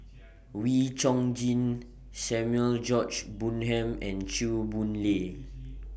Wee Chong Jin Samuel George Bonham and Chew Boon Lay